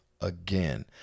again